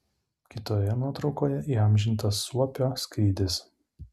kitoje nuotraukoje įamžintas suopio skrydis